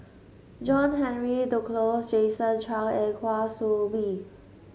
John Henry Duclos Jason Chan and Kwa Soon Bee